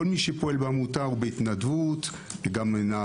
כל מי שבעמותה הוא בהתנדבות, גם נעמה.